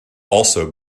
also